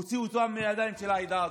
הוציאו אותם מהידיים של העדה הדרוזית.